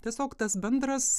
tiesiog tas bendras